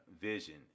vision